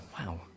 Wow